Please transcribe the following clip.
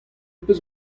peus